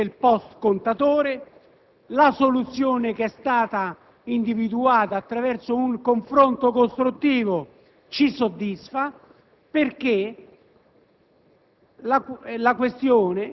alla questione del *post* contatore; la soluzione che è stata individuata attraverso un confronto costruttivo ci soddisfa perché